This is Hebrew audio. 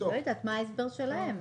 אני לא יודעת מה ההסבר שלהם.